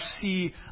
see